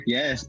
Yes